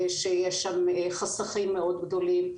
שיש שם חסכים מאוד גדולים,